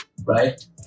right